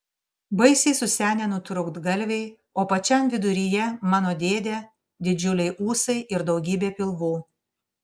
baisiai susenę nutrūktgalviai o pačiam viduryje mano dėdė didžiuliai ūsai ir daugybė pilvų